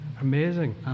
amazing